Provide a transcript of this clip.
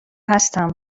هستم